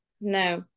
No